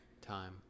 Time